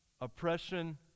oppression